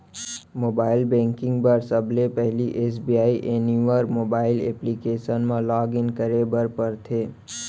mobile banking म सबले पहिली एस.बी.आई एनिवर मोबाइल एप्लीकेसन म लॉगिन करे बर परथे